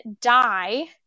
die